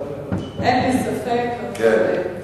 אין לי ספק, כן.